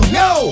no